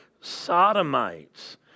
sodomites